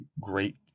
great